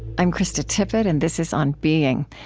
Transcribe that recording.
i'm krista tippett, and this is on being.